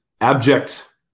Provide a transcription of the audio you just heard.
abject